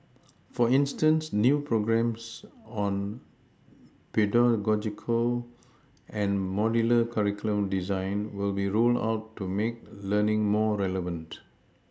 for instance new programmes on pedagogical and modular curriculum design will be rolled out to make learning more relevant